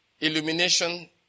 illumination